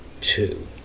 two